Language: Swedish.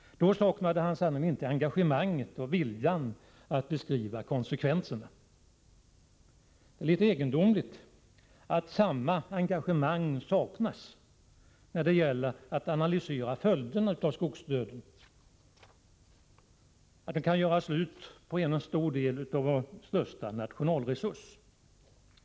Då saknade han sannerligen inte engagemanget och viljan att beskriva konsekvenserna. Det är litet egendomligt att detta engagemang saknas när det gäller att analysera följderna av skogsdöden, som kan innebära slutet för en stor del av vår viktigaste nationalresurs.